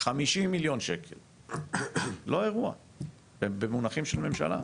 50 מיליון שקל, לא אירוע במונחים של ממשלה.